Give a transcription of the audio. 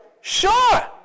sure